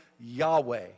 Yahweh